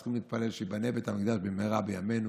צריכים להתפלל שייבנה בית המקדש במהרה בימינו.